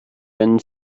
wenn